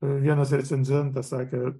vienas recenzentas sakė